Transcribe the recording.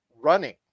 running